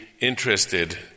interested